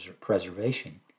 preservation